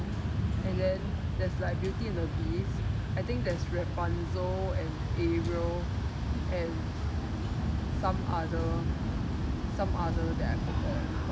and then there's like beauty and the beast I think there's rapunzel and ariel and some other some other that I forgot